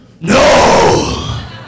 No